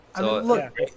Look